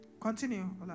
Continue